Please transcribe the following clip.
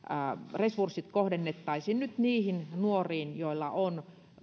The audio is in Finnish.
resurssit kohdennettaisiin nyt niihin nuoriin joilla on